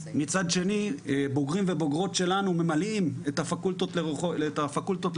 מצד שני בוגרים ובוגרות שלנו ממלאים את הפקולטות לחקלאות.